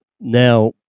now